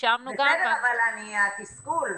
בסדר, אבל התסכול.